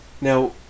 Now